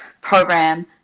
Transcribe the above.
program